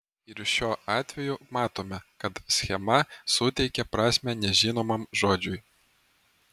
ir šiuo atveju matome kad schema suteikia prasmę nežinomam žodžiui